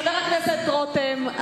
חבר הכנסת רותם,